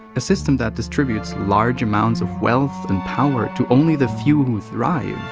a system that distributes large amounts of wealth and power to only the few who thrive,